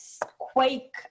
Quake